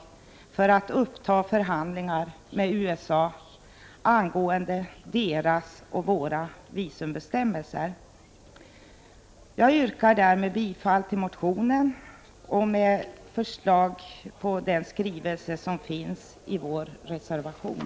1988/89:20 skall kunna uppta förhandlingar med USA angående dess och våra visumbes 9 november 1988 tämmelser. Jag yrkar bifall till motionen i enlighet med den skrivning som finns i vår reservation.